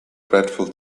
dreadful